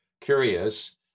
curious